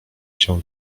się